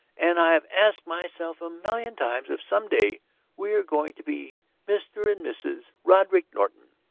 and i have asked myself a million times if some day we are going to be mr. and mrs. roderick norton.